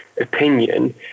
opinion